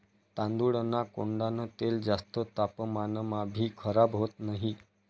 तांदूळना कोंडान तेल जास्त तापमानमाभी खराब होत नही